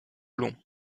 long